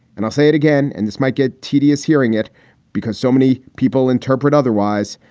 and i'll say it again. and this might get tedious hearing it because so many people interpret otherwise.